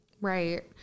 Right